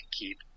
keep